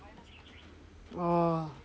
orh